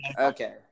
Okay